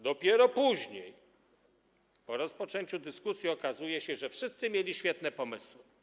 Dopiero później, po rozpoczęciu dyskusji, okazuje się, że wszyscy mieli świetne pomysły.